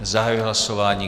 Zahajuji hlasování.